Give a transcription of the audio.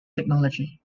technology